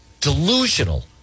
delusional